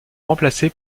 remplacé